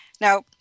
Now